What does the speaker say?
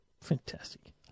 Fantastic